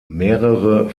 mehrere